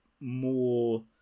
more